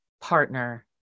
partner